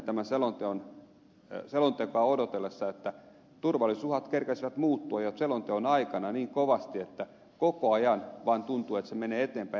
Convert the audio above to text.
me huomasimme tätä selontekoa odotellessa että turvallisuusuhat kerkesivät muuttua jo selonteon aikana niin kovasti että koko ajan vaan tuntui että tilanne menee eteenpäin ja eteenpäin